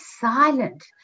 silent